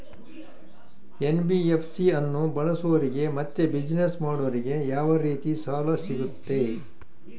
NBFC ಅನ್ನು ಬಳಸೋರಿಗೆ ಮತ್ತೆ ಬಿಸಿನೆಸ್ ಮಾಡೋರಿಗೆ ಯಾವ ರೇತಿ ಸಾಲ ಸಿಗುತ್ತೆ?